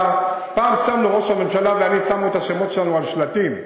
פעם ראש הממשלה ואני שמנו את השמות שלנו על שלטים: